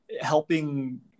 helping